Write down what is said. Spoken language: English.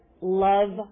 love